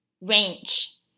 range